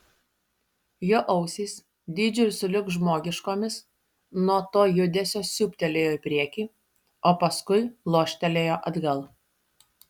jo ausys dydžiu sulig žmogiškomis nuo to judesio siūbtelėjo į priekį o paskui loštelėjo atgal